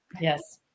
Yes